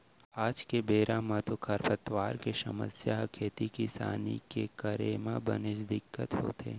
आज के बेरा म तो खरपतवार के समस्या ह खेती किसानी के करे म बनेच दिक्कत होथे